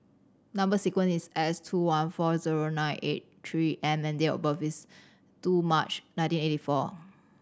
number sequence is S two one four zero nine eight Three M and date of birth is two March nineteen eighty four